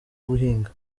guhinga